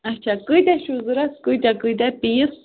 اَچھا کۭتیٛاہ چھِو ضروٗرت کۭتیٛاہ کۭتیٛاہ پیٖس